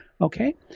Okay